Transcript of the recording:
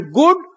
good